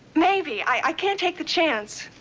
maybe. i can't take the chance.